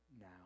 now